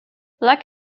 black